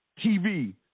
TV